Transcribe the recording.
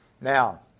now